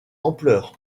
ampleur